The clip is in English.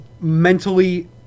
mentally